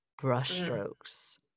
brushstrokes